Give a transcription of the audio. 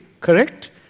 Correct